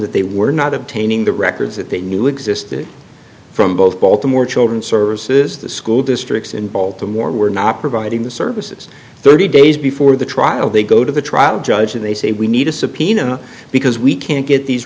that they were not obtaining the records that they knew existed from both baltimore children's services the school districts in baltimore were not providing the services thirty days before the trial they go to the trial judge and they say we need a subpoena because we can't get these